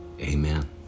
Amen